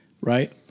right